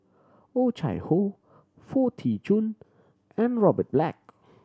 Oh Chai Hoo Foo Tee Jun and Robert Black